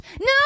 no